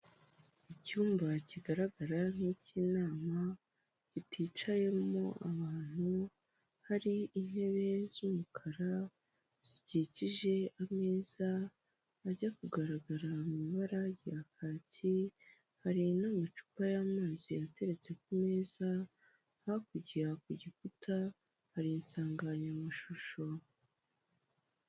Icyumba kigaragara nk' icy'inama kiticayemo ahantu hari intebe z'umukara zikikije ameza ajya kugaragara mu ibara rya kaki hari n'amacupa y'amazi yateretse ku meza hakurya ku gikuta hari insanganyamashusho.